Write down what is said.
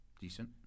Decent